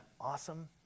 awesome